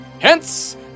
Hence